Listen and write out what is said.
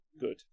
good